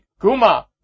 Guma